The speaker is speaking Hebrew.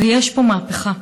ויש פה מהפכה,